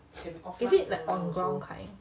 is it like on ground kind